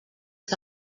que